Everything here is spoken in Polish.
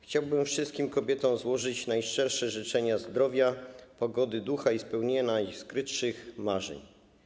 Chciałbym wszystkim kobietom złożyć najszczersze życzenia zdrowia, pogody ducha i spełnienia najskrytszych marzeń.